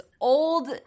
old